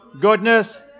goodness